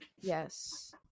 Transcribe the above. Yes